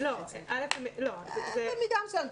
במידה מסוימת,